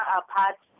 apart